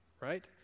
Right